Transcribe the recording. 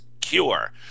cure